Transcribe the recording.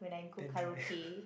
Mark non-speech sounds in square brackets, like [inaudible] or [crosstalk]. damn dry [laughs]